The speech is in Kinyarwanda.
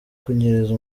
kunyereza